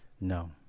No